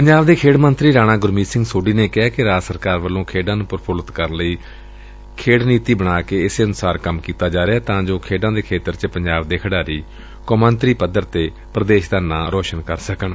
ਪੰਜਾਬ ਦੇ ਖੇਡ ਮੰਤਰੀ ਰਾਣਾ ਗੁਰਮੀਤ ਸਿੰਘ ਸੋਢੀ ਨੇ ਕਿਹਾ ਕਿ ਰਾਜ ਸਰਕਾਰ ਵੱਲੋ ਖੇਡਾਂ ਨੂੰ ਪ੍ਰਫੁਲਿਤ ਕਰਨ ਲਈ ਖੇਡ ਨੀਤੀ ਬਣਾ ਕੇ ਇਸੇ ਅਨੁਸਾਰ ਕੰਮ ਕੀਤਾ ਜਾ ਰਿਹੈ ਤਾਂ ਜੋ ਖੇਡਾਂ ਦੇ ਖੇਤਰ ਵਿਚ ਪੰਜਾਬ ਦੇ ਖਿਡਾਰੀ ਕੌਮਾਂਤਰੀ ਪੱਧਰ ਤੱਕ ਪ੍ਰਦੇਸ਼ ਦਾ ਨਾਂਅ ਰੌਸ਼ਨ ਕਰ ਸਕਣ